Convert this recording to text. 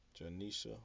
Janisha